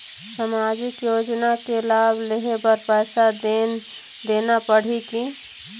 सामाजिक योजना के लाभ लेहे बर पैसा देना पड़ही की?